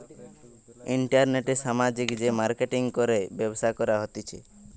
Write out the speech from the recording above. ইন্টারনেটে সামাজিক যে মার্কেটিঙ করে ব্যবসা করা হতিছে